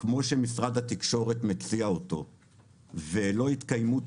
כמו שמשרד התקשורת מציע אותו ולא יתקיימו תנאים,